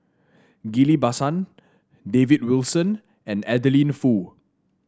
Ghillie Basan David Wilson and Adeline Foo